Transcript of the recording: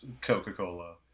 Coca-Cola